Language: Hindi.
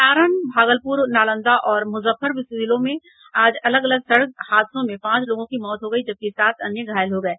सारण भागलपुर नालंदा और मुजफ्फरपुर जिलों में आज अलग अलग सड़क हादसों में पांच लोगों की मौत हो गयी जबकि सात अन्य घायल हो गये